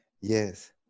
Yes